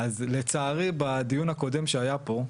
אז לצערי בדיון הקודם שהיה פה,